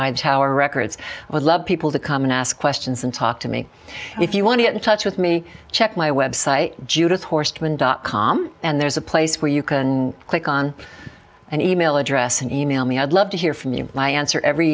the tower records i would love people to come and ask questions and talk to me if you want to get in touch with me check my website judith horstmann dot com and there's a place where you can click on an email address and email me i'd love to hear from you my answer every